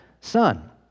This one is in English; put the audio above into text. Son